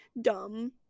dumb